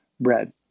bread